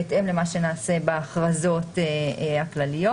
בהתאם למה שנעשה בהכרזות הכלליות.